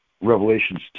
Revelations